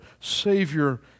Savior